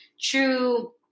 true